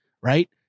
right